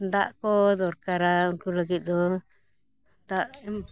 ᱫᱟᱜ ᱠᱚ ᱫᱚᱨᱠᱟᱨᱟ ᱩᱱᱠᱩ ᱞᱟᱹᱜᱤᱫ ᱫᱚ ᱫᱟᱜ ᱮᱢ